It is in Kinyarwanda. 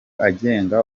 agenga